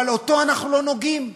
ובו אנחנו לא נוגעים.